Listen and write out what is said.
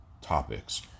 topics